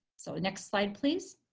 so next slide please.